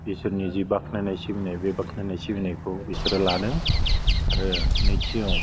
ईश्वोरनि जि बाख्नायनाय सिबिनाय बे बाख्नायनाय सिबिनायखौ बिसोरो लानो आरो नैथियाव